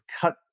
cut